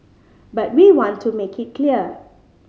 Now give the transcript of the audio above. but we want to make it clear